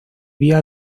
vía